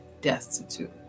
destitute